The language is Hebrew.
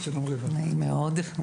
נעים מאוד,